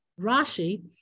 Rashi